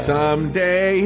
Someday